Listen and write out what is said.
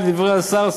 לדברי השר סער,